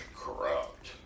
corrupt